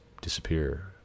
disappear